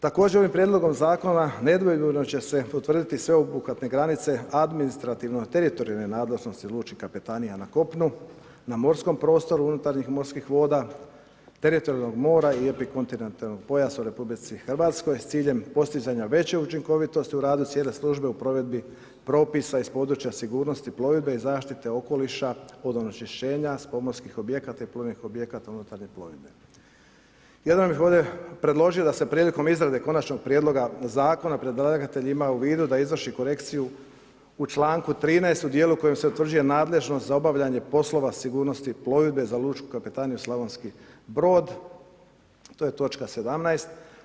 Također, ovim prijedlogom zakona, nedvojbeno će se utvrditi sveobuhvatne granice administrativno teritorijalne nadležnosti lučkih kapetanija na kopunu, na morskom prostoru unutarnjih morskih vodu, teritorijalnih mora i epikontinentalnog pojasa u RH s ciljem postizanja veće učinkovitosti u radu cijele službe u provedbi propisa iz propisa sigurnosti plovidbe i zaštite okoliša od onečišćenja s pomorskih objekata i plovnih objekata unutarnje plovidbe. … ovdje preložio da se prilikom izrade konačnog prijedloga zakona, predlagatelj ima u vidu da izvrši korekciju u čl. 13. u cijelu kojim se utvrđuje nadležnost za obavljanje poslova sigurnosti plovidbe za lučku kapetaniju Slavonski Brod, to je točka 17.